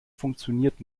funktioniert